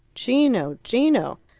gino! gino!